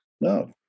No